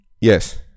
Yes